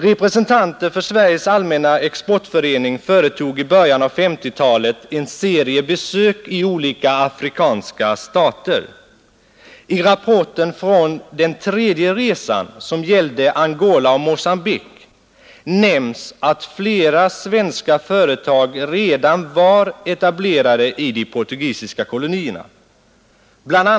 Representanter för Sveriges Allmänna exportförening företog i början av 1950-talet en serie besök i olika afrikanska stater. I rapporten från den tredje resan, som gällde Angola och Mogambique, nämns att flera svenska företag redan var etablerade i de portugisiska kolonierna. Bl.